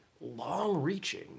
long-reaching